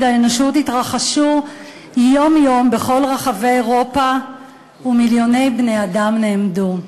האנושות התרחשו יום-יום בכל רחבי אירופה ומיליוני בני-אדם נהרגו.